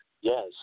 Yes